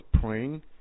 praying